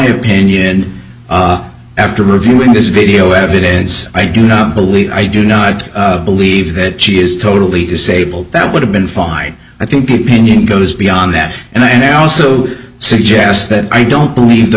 opinion after reviewing this video evidence i do not believe i do not believe that she is totally disabled that would have been fine i think the pain goes beyond that and i now also suggest that i don't believe the